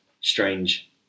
strange